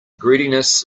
greediness